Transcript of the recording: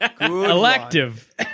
Elective